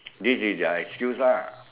this is their excuse lah